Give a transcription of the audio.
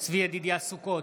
צבי ידידיה סוכות,